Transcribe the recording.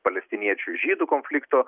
palestiniečių ir žydų konflikto